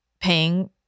paying